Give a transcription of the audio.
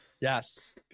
Yes